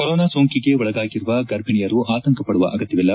corona ಸೋಂಟಿಗೆ ಒಳಗಾಗಿರುವ ಗರ್ಭಿಣಿಯರು ಆತಂಕ ಪಡುವ ಅಗತ್ಯವಿಲ್ಲ